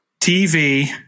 TV